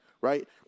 Right